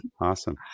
Awesome